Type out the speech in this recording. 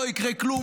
לא יקרה כלום.